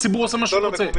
הציבור עושה מה שהוא רוצה.